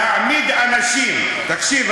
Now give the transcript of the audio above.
להעמיד אנשים, תקשיב.